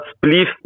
believe